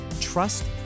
trust